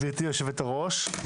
גברתי יושבת הראש,